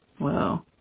Wow